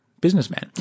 businessman